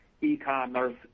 e-commerce